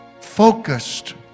focused